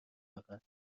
فقط